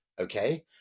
okay